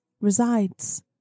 resides